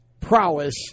prowess